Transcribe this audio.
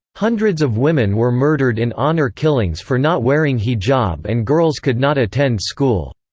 hundreds of women were murdered in honor killings for not wearing hijab and girls could not attend school,